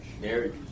marriage